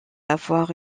avoir